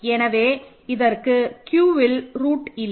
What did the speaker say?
எனவே இதற்கு Qஇல் ரூட் இல்லை